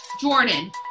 Jordan